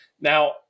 now